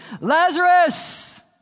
Lazarus